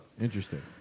Interesting